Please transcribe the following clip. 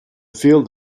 field